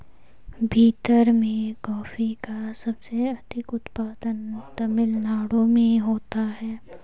भीरत में कॉफी का सबसे अधिक उत्पादन तमिल नाडु में होता है